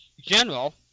general